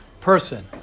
person